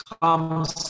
comes